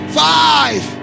five